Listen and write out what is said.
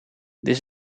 this